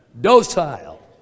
docile